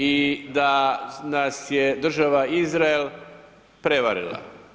I da nas je država Izrael prevarila.